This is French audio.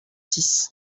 six